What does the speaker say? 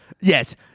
Yes